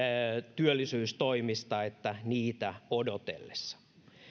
työllisyystoimista että niitä odotellessa